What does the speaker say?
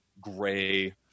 gray